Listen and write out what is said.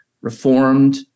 reformed